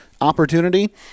opportunity